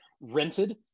rented